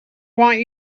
want